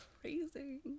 Crazy